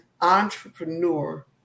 entrepreneur